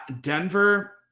Denver